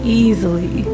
easily